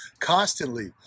constantly